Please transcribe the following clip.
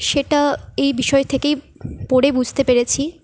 সেটা এই বিষয় থেকেই পড়ে বুঝতে পেরেছি